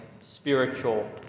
spiritual